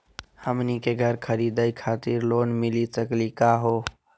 हमनी के घर खरीदै खातिर लोन मिली सकली का हो?